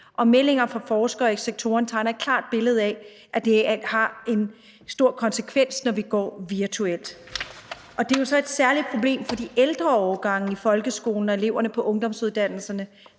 Og meldinger fra forskere i sektoren tegner et klart billede af, at det alt i alt har en stor konsekvens, når vi går virtuelt. Det er jo så et særligt problem for de ældre årgange i folkeskolen og eleverne på ungdomsuddannelserne.